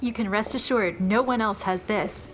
you can rest assured no one else has this